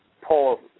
Paul